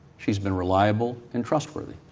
she has been reliable and trustworthy.